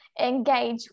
engage